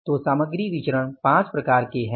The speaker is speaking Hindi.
तो सामग्री विचरण 5 प्रकार के हैं